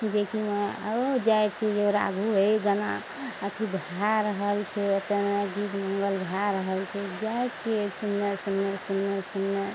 जेकि ओ जाइ छियै यौ राघ अइ गाना अथी भए रहल छै ओतऽ गीत मङ्गल भए रहल छै जाइ छियै सुनने सुनने सुनने सुनने